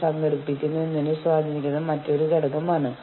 അത് സംഘടനാ നീതിക്ക് വേണ്ടിയുള്ള സംവിധാനമാണ്